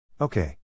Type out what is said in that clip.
Okay